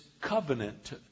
covenant